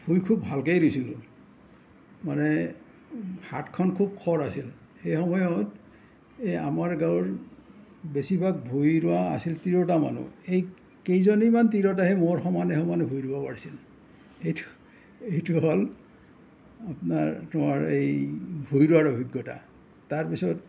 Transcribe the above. ভূঁই খুব ভালকেই ৰুইছিলোঁ মানে হাতখন খুব খৰ আছিল সেই সময়ত এই আমাৰ গাঁৱৰ বেছিভাগ ভূঁই ৰোৱা আছিল তিৰোতা মানুহ এই কেইজনীমান তিৰোতাইহে মোৰ সমানে সমানে ভূঁই ৰুব পাৰিছিল এইটো এইটো হ'ল আপোনাৰ তোমাৰ এই ভূঁই ৰোৱাৰ অভিজ্ঞতা তাৰ পিছত